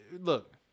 look